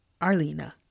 Arlena